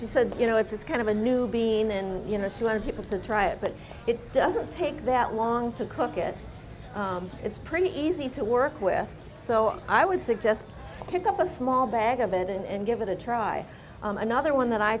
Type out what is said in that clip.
she said you know it's kind of a new being and you know she wanted people to try it but it doesn't take that long to cook it it's pretty easy to work with so i would suggest pick up a small bag of it and give it a try another one that i